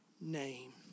name